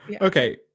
okay